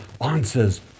answers